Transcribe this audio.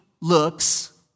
looks